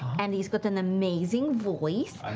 and he's got an amazing voice.